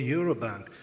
Eurobank